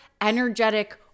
energetic